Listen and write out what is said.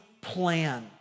plan